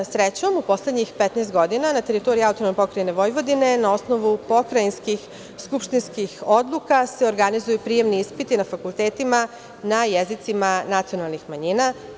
Srećom, u poslednjih 15 godina na teritoriji AP Vojvodine na osnovu pokrajinskih skupštinskih odluka se organizuju prijemni ispiti na fakultetima na jezicima nacionalnih manjina.